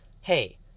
hey